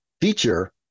feature